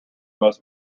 most